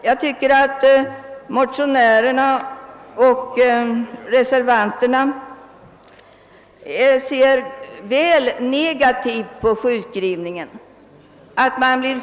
Jag anser att motionärerna och reservanterna ser väl negativt på sjukskrivningen.